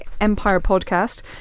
#EmpirePodcast